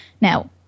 Now